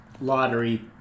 lottery